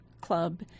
club